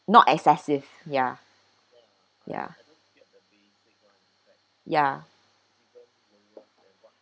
not excessive ya ya ya